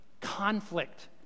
Conflict